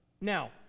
Now